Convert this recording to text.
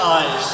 Eyes